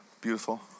Beautiful